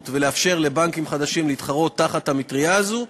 ולאפשר לבנקים חדשים להתחרות תחת המטרייה הזו.